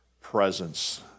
presence